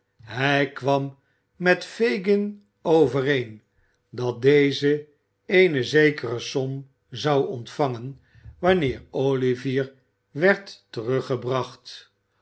hij kwam met fagin overeen dat deze eene zekere som zou ontvangen wanneer olivier werd teruggebracht